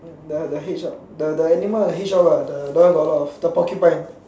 the the hedgehog the the animal hedgehog ah the the one got a lot of the porcupine